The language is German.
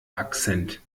akzent